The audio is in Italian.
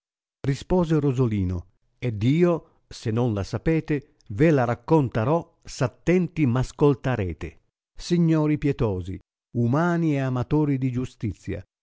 rispose rosolino ed io se non la sapete ve la raccontare s attenti m ascoltarete signori pietosi umani e amatori di giustizia